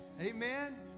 Amen